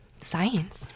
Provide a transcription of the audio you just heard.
science